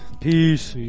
Peace